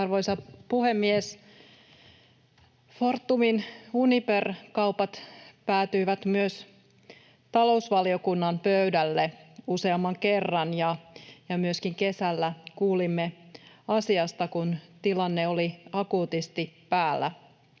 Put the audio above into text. Arvoisa puhemies! Fortumin Uniper-kaupat päätyivät myös talousvaliokunnan pöydälle useamman kerran, ja myöskin kesällä kuulimme asiasta, kun tilanne oli akuutisti päällä.